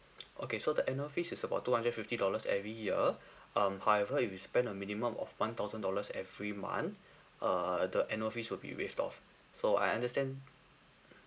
okay so the annual fees is about two hundred fifty dollars every year um however if you spend a minimum of one thousand dollars every month err the annual fees will be waived off so I understand